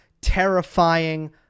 terrifying